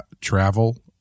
travel –